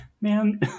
Man